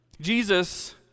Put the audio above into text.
Jesus